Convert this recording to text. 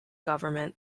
government